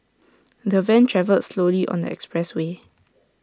the van travelled slowly on the expressway